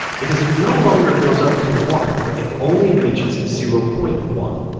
because it no longer goes up to one, it only reaches zero point one.